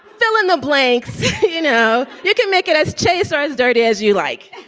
fill in the blanks you know, you can make it as chaste, ah as dirty as you like